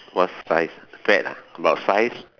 what size fat ah about size